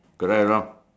correct lor